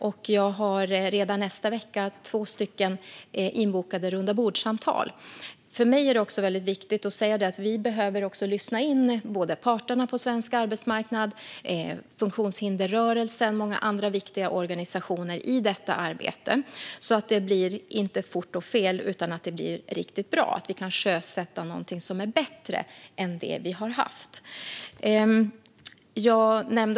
Jag har också redan nästa vecka två inbokade rundabordssamtal. För mig är det viktigt att vi lyssnar in parterna på svensk arbetsmarknad, funktionshindersrörelsen och många andra viktiga organisationer i detta arbete, så att det inte blir fort och fel utan riktigt bra och så att vi kan sjösätta någonting som är bättre än det vi har haft.